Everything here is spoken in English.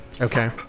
okay